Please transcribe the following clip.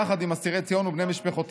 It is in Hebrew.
יחד עם אסירי ציון ובני משפחותיהם,